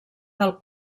del